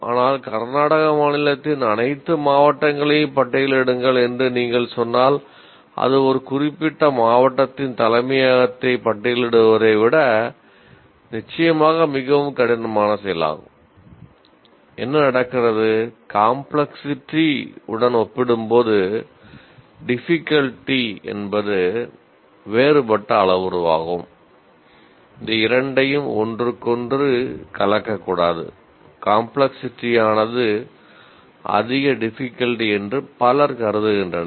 ஆனால் சிரமம் என்று பலர் கருதுகின்றனர்